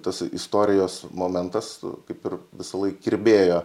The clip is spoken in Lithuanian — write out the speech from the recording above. tasai istorijos momentas kaip ir visąlaik kirbėjo